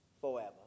forever